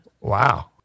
wow